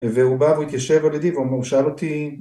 והוא בא והוא התיישב על ידי והוא אמר הוא שאל אותי